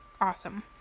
awesome